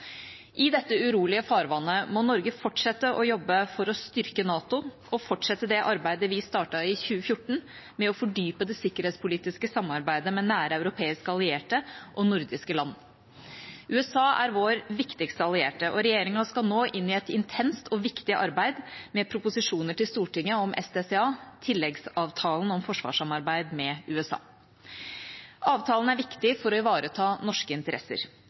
I dette urolige farvannet må Norge fortsette å jobbe for å styrke NATO og fortsette det arbeidet vi startet i 2014 med å fordype det sikkerhetspolitiske samarbeidet med nære europeiske allierte og nordiske land. USA er vår viktigste allierte, og regjeringa skal nå inn i et intenst og viktig arbeid med proposisjoner til Stortinget om SDCA – tilleggsavtalen om forsvarssamarbeid med USA. Avtalen er viktig for å ivareta norske interesser.